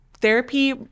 Therapy